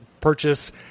purchase